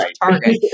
Target